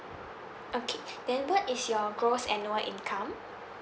okay then what is your gross annual income